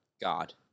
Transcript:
God